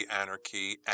anarchy